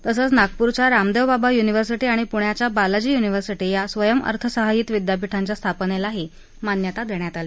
तसंच नागपूर येथील रामदेवबाबा युनिव्हर्सिटी आणि पुणे येथील बालाजी युनिव्हर्सिंटी या स्वयंअर्थसहाय्यित विद्यापीठाच्या स्थापनेलाही मान्यता देण्यात आली